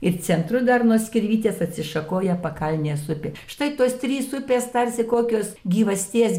ir centru dar nuo skirvytės atsišakoja pakalnės upė štai tos trys upės tarsi kokios gyvasties